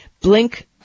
blink